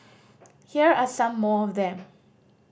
here are some more of them